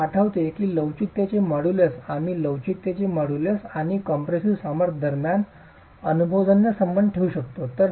आपणास आठवते की लवचिकतेचे मॉड्यूलस आम्ही लवचिकतेचे मॉड्यूलस आणि कॉम्पॅरेसीव्ह सामर्थ्य दरम्यान अनुभवजन्य संबंध ठेवू शकतो